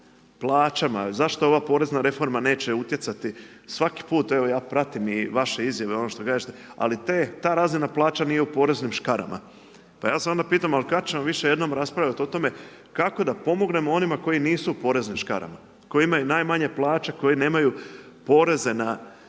plaćama, zašto ova porezna reforma neće utjecati, svaki put, evo i ja pratim i vaše izjave i ono što kažete, ali ta razina plaća nije u poreznim škarama, pa ja se onda pitam ali kad ćemo više jednom raspravljati o tome kako da pomognemo onima koju nisu u poreznim škarama, koji imaju najmanje plaće, koji nemaju poreze na